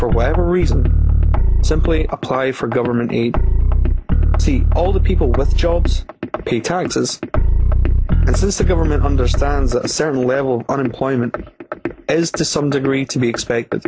for whatever reason simply apply for government aid all the people with jobs pay taxes and since the government understands a certain level unemployment is to some degree to be expect